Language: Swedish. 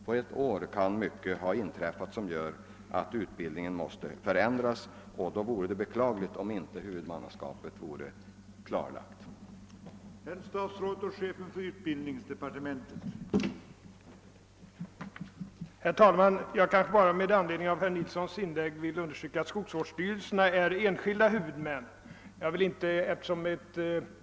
På ett år kan mycket ha inträffat som gör att utbildningen måste förändras, och då vore det beklagligt om huvudmannaskapet inte vore klarlagt eller om sådan oklarhet skulle råda att utbildningen inte kan utvecklas tillfredsställande.